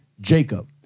Jacob